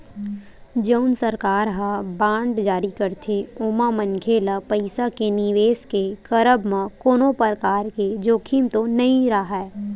जउन सरकार ह बांड जारी करथे ओमा मनखे ल पइसा के निवेस के करब म कोनो परकार के जोखिम तो नइ राहय